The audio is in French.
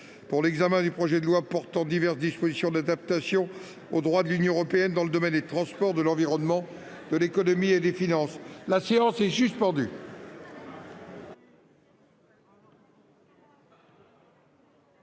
sur le projet de loi portant diverses dispositions d'adaptation au droit de l'Union européenne dans le domaine des transports, de l'environnement, de l'économie et des finances. Compte tenu